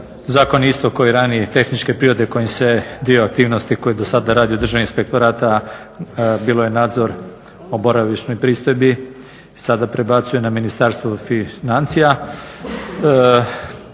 zakon je isto kao i ranije tehničke prirode kojim se dio aktivnosti koji je do sada radio Državni inspektorata bio je nadzor o boravišnoj pristojbi sada prebacuje na Ministarstvo financija.